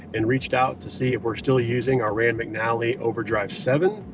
and reached out to see if we're still using our rand mcnally overdrive seven,